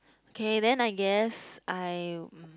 K then I guess I um